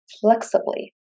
flexibly